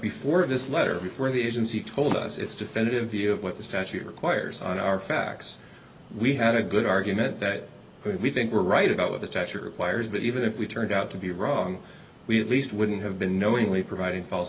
before this letter before the agency told us its definitive view of what the statute requires on our facts we had a good argument that we think we're right about what the stature of wires but even if we turned out to be wrong we at least wouldn't have been knowingly providing false